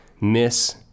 miss